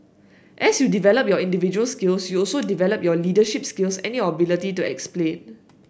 as you develop your individual skills you also develop your leadership skills and your ability to explain